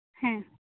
ᱦᱮᱸ